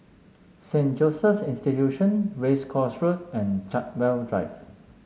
Saint Joseph's Institution Race Course Road and Chartwell Drive